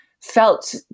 felt